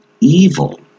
evil